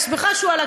אני שמחה שהוא עלה,